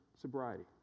sobriety